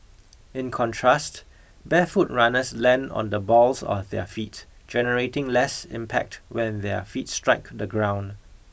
in contrast barefoot runners land on the balls of their feet generating less impact when their feet strike the ground